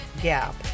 gap